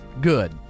good